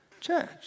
church